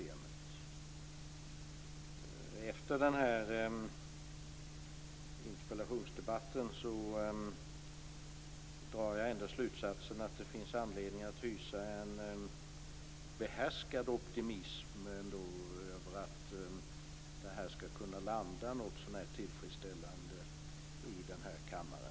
Efter denna interpellationsdebatt drar jag slutsatsen att det finns anledning att hysa en behärskad optimism över att detta skall kunna landa något så när tillfredsställande i den här kammaren.